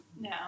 No